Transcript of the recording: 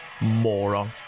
Moron